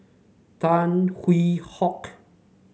Tan Hwee Hock